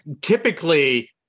typically